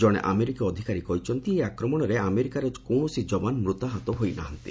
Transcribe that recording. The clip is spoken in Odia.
ଜଣେ ଆମେରିକୀୟ ଅଧିକାରୀ କହିଛନ୍ତି ଏହି ଆକମ୍ରଣରେ ଆମେରିକାର କୌଣସି ଯବାନ ମୃତାହତ ହୋଇ ନାହାନ୍ତି